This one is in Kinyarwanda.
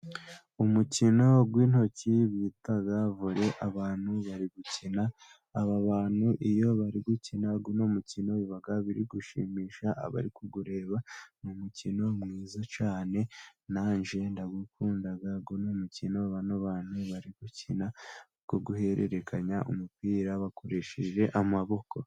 Umukino w'intoki bita vore, abantu bari gukina, aba bantu iyo bari gukina uyu mukino biba biri gushimisha abari kureba, ni umukino mwiza cyane, najye ndawukunda, uyu mukino bantu bari gukina ku guhererekanya umupira bakoresheje amaboko.